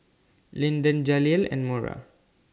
Linden Jaleel and Mora